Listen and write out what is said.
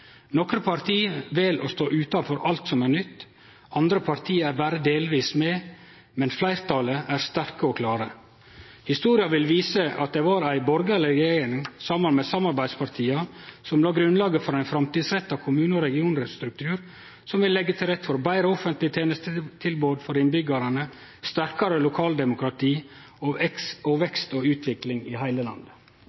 Nokre parti vel å stå utanfor alt som er nytt, andre parti er berre delvis med, men fleirtalet er sterke og klare. Historia vil vise at det var ei borgarleg regjering saman med samarbeidspartia som la grunnlaget for ein framtidsretta kommune- og regionstruktur som vil leggje til rette for betre offentlege tenestetilbod for innbyggjarane, sterkare lokaldemokrati og vekst og